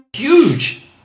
Huge